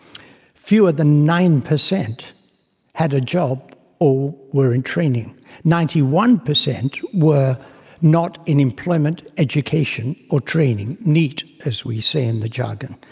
fewer than nine per cent had a job or were in training ninety one per cent were not in employment, education or training neet as we say in the jargon.